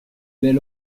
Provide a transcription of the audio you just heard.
bel